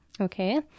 Okay